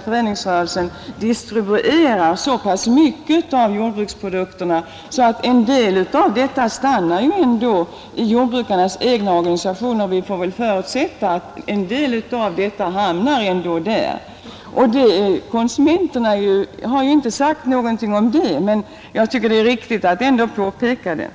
föreningsrörelse distribuerar så pass mycket av jordbruksprodukterna att en del av pengarna ändå stannar hos jordbrukarnas egna organisationer. Konsumenterna har inte sagt någonting om det, men jag tycker det är riktigt att påpeka det.